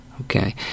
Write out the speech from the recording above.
Okay